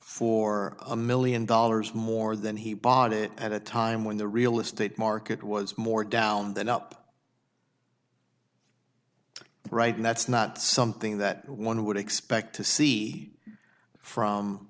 for a million dollars more than he bought it at a time when the real estate market was more down than up right now it's not something that one would expect to see from